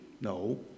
No